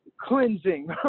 cleansing